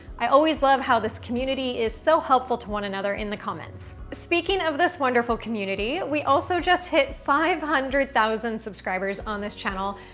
i always love how this community is so helpful to one another in the comments. speaking of this wonderful community we also just hit five hundred thousand subscribers on this channel,